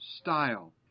style